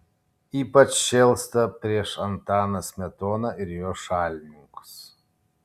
ypač šėlsta prieš antaną smetoną ir jo šalininkus